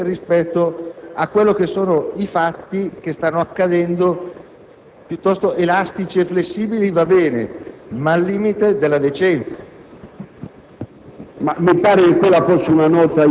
di avere necessità di intervenire nuovamente rispetto ai fatti che stanno accadendo, piuttosto elastici e flessibili, va bene, ma al limite della decenza.